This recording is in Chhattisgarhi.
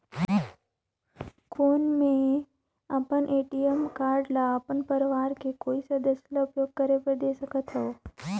कौन मैं अपन ए.टी.एम कारड ल अपन परवार के कोई सदस्य ल उपयोग करे बर दे सकथव?